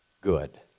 good